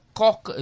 cock